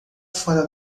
fora